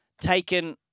taken